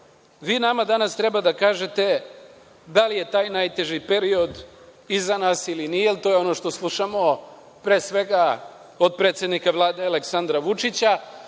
nama danas treba da kažete da li je taj najteži period iza nas ili nije. To je ono što slušamo, pre svega, od predsednika Vlade Aleksandra Vučića.